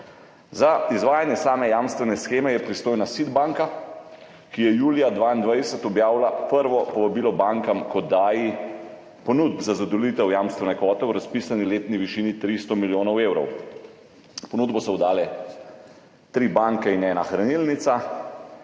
Za izvajanje same jamstvene sheme je pristojna SID banka, ki je julija 2022 objavila prvo povabilo bankam k oddaji ponudb za zadovoljitev jamstvene kvote v razpisani letni višini 300 milijonov evrov. Ponudbo so oddale tri banke in ena hranilnica,